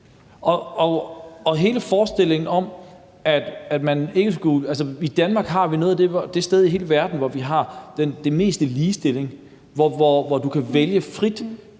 Danmark er et af de steder i hele verden, hvor vi har mest ligestilling; hvor du kan vælge frit,